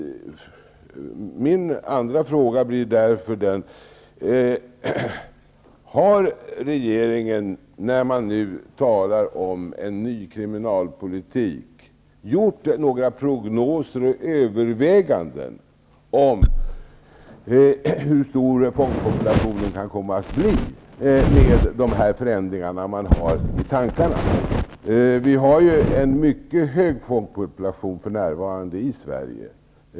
Min andra fråga blir därför: Har regeringen, när man nu talar om en ny kriminalpolitik, gjort några prognoser och överväganden om hur stor fångpopulationen kan komma att bli med de förändringar man har i tankarna? Det finns för närvarande en mycket stor fångpopulation i Sverige.